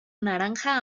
naranja